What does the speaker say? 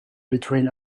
between